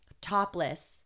topless